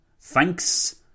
Thanks